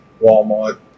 Walmart